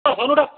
ओइ फोन उठा